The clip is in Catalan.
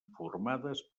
formades